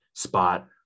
spot